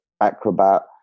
acrobat